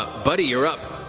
buddy, you're up.